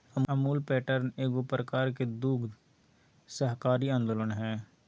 Amul pattern एगो प्रकार के दुग्ध सहकारी आन्दोलन हइ